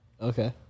Okay